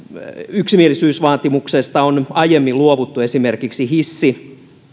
yksimielisyysvaatimuksesta on aiemmin luovuttu esimerkiksi hissi